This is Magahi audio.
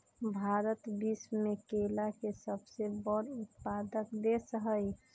भारत विश्व में केला के सबसे बड़ उत्पादक देश हई